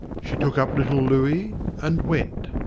she took up little looey and went.